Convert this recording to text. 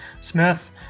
Smith